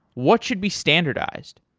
what should be standardized?